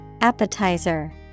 Appetizer